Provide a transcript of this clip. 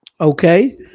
Okay